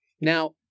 Now